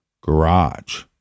garage